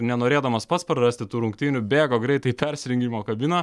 nenorėdamas pats prarasti tų rungtynių bėgo greitai į persirengimo kabiną